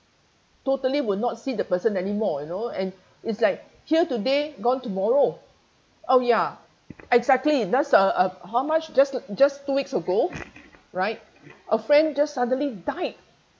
totally will not see the person anymore you know and it's like here today gone tomorrow oh ya exactly and that's uh uh how much just just two weeks ago right a friend just suddenly died